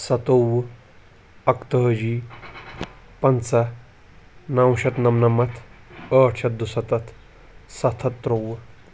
سَتووُہ اَکہٕ تٲجی پنٛژاہ نَو شؠتھ نَم نَمتھ ٲٹھ شؠتھ دُسَتَتھ سَتھ ہَتھ تُرٛووُہ